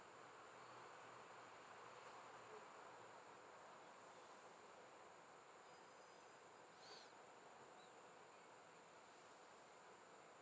so